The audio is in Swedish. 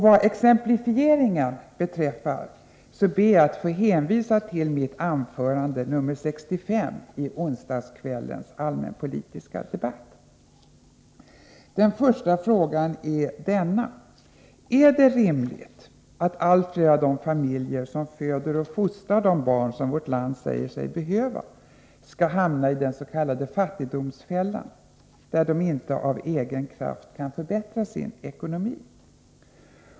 Vad exemplifieringen beträffar ber jag att få hänvisa till mitt anförande nr 65 i onsdagskvällens allmänpolitiska debatt. Mina frågor är följande: 1. Är det rimligt att allt fler av de familjer som föder och fostrar de barn som vårt land säger sig behöva skall hamna i den s.k. fattigdomsfällan, där de inte av egen kraft kan förbättra sin ekonomi?